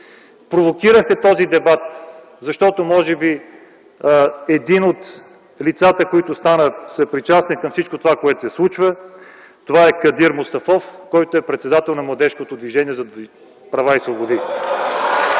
провокирахте този дебат, защото може би едно от лицата, което стана съпричастно към всичко това, което се случва, е Кадир Мустафов, който е председател на младежкото движение за права и свободи.